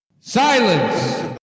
Silence